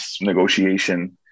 negotiation